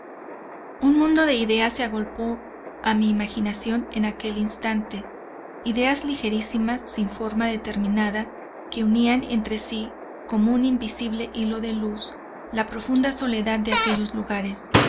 un mundo de ideas se agolpó a mi imaginación en aquel instante ideas ligerísimas sin forma determinada que unían entre sí como un visible hilo de luz la profunda soledad de aquellos lugares